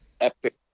epic